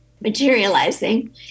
materializing